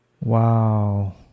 Wow